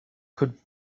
could